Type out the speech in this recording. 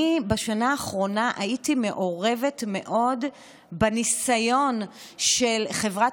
בשנה האחרונה הייתי מעורבת מאוד בניסיון של חברת